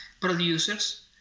producers